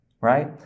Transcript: right